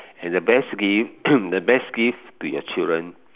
and the best gift the best gift to your children